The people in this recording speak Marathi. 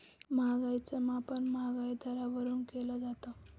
महागाईच मापन महागाई दरावरून केलं जातं